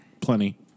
plenty